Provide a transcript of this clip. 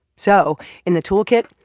so in the toolkit,